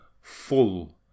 full